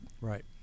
Right